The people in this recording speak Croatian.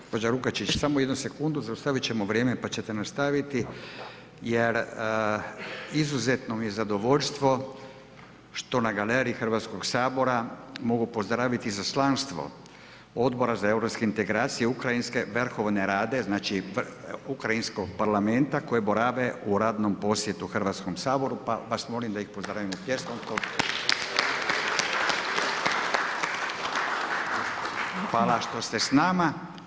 Gospođa Lukačić, samo jednu sekundu, zaustavit ćemo vrijeme pa ćete nastaviti jer izuzetno mi je zadovoljstvo što na galeriji Hrvatskog sabora mogu pozdraviti izaslanstvo Odbora za europske integracije Ukrajinske verhovne rade, znači Ukrajinskog Parlamenta koji borave u radnom posjetu Hrvatskom saboru pa vas molim da ih pozdravimo pljeskom. . Hvala što ste s nama.